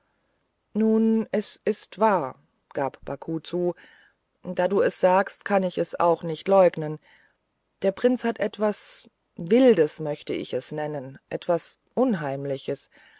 nun es ist wahr gab baku zu da du es sagst kann ich es auch nicht leugnen der prinz hat etwas wildes möchte ich es nennen etwas unheimliches